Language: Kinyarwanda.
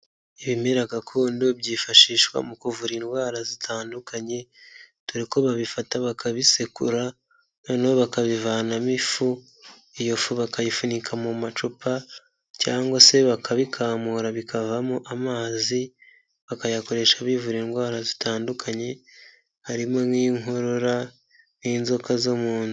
Ibimera gakondo byifashishwa mu kuvura indwara zitandukanye, dore ko babifata bakabisekura noneho bakabivanamo ifu, iyo fu bakayifunika mu macupa cyangwa se bakabikamura bikavamo amazi, bakayakoresha bivura indwara zitandukanye harimo nk'inkorora n'inzoka zo mu nda.